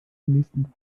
nächsten